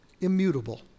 Immutable